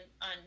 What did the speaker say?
on